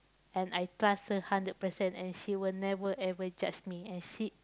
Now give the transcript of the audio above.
and I trust her hundred percent and she will never ever judge me and she